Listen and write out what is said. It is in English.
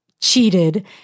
Cheated